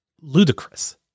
ludicrous